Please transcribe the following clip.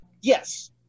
Yes